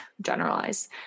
generalize